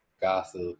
gossip